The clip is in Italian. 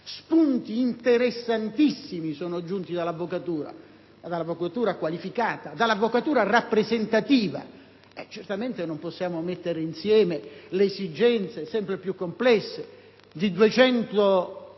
Spunti interessantissimi sono giunti dall'avvocatura, ma dall'avvocatura qualificata, da quella rappresentativa. Certamente non possiamo mettere insieme le esigenze sempre più complesse di 200.000